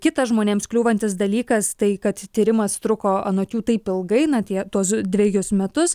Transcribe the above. kitas žmonėms kliūvantis dalykas tai kad tyrimas truko anot jų taip ilgai na tie tuos dvejus metus